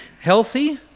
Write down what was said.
healthy